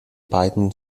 beiden